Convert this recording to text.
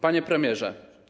Panie Premierze!